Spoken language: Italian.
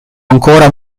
ancora